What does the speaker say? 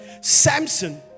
Samson